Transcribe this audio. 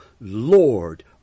Lord